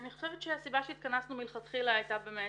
שהסיבה שהתכנסנו מלכתחילה הייתה באמת